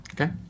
Okay